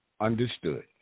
understood